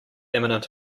imminent